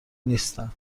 نیستن